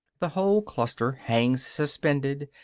the whole cluster hangs suspended,